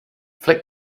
flick